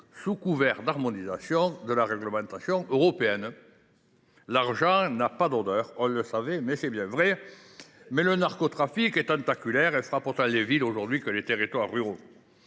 sous couvert d’harmonisation de la réglementation européenne. L’argent n’a pas d’odeur – on le savait, et cela se confirme –, mais le narcotrafic est tentaculaire et frappe autant les villes que les territoires ruraux.